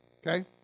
Okay